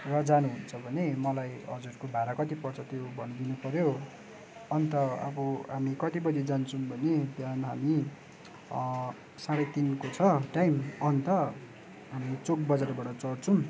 र जानुहुन्छ भने मलाई हजुरको भाडा कति पर्छ त्यो भनिदिनु पर्यो अन्त अब हामी कति बजी जान्छौँ भने बिहान हामी साढे तिनको छ टाइम अन्त हामी चोक बजारबाट चढ्छौँ